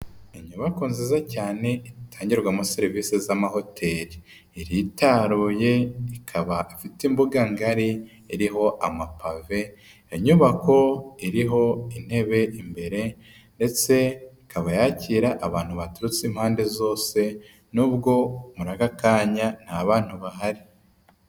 Inyubako nziza cyane itangirwamo serivisi z'amahoteri. Iritaruye ikaba ifite imbuga ngari iriho amapave, iyo nyubako iriho intebe imbere ndetse ikaba yakira abantu baturutse impande zose nubwo muri aka kanya nta bantu bahari.